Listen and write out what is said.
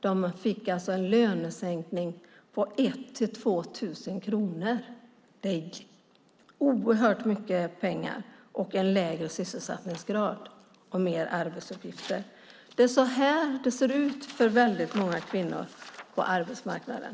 De fick alltså en lönesänkning på 1 000 till 2 000 kronor. Det är oerhört mycket pengar. Och det är en lägre sysselsättningsgrad och fler arbetsuppgifter. Det är så här det ser ut för väldigt många kvinnor på arbetsmarknaden.